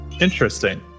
Interesting